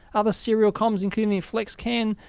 other serial comms including flexcan,